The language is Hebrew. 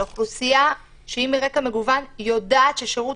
שהאוכלוסייה מרקע מגוון יודעת ששירות